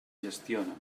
gestionen